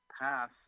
pass